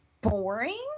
boring